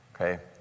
Okay